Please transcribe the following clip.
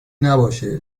نباشه